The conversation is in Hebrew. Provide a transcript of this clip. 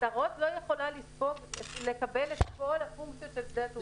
עטרות לא יכולה לקבל את כל הפונקציות של שדה תעופה.